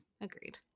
Agreed